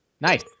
Nice